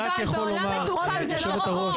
אבל יובל זה לא או או,